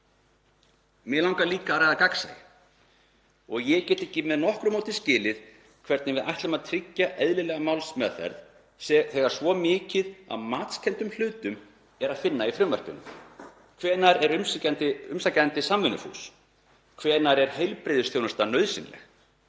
Mig langar líka að ræða gagnsæi. Ég get ekki með nokkru móti skilið hvernig við ætlum að tryggja eðlilega málsmeðferð þegar svo mikið af matskenndum hlutum er að finna í frumvarpinu. Hvenær er umsækjandi samvinnufús? Hvenær er heilbrigðisþjónusta nauðsynleg?